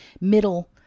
middle